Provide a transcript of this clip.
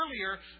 earlier